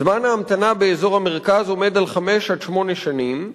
זמן ההמתנה באזור המרכז עומד על חמש עד שמונה שנים,